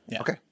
Okay